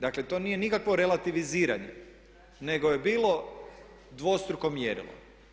Dakle, to nije nikakvo relativiziranje nego je bilo dvostruko mjerilo.